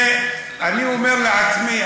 אני אומר לעצמי,